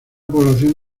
población